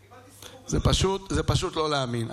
קיבלתי סירוב, זה פשוט לא להאמין.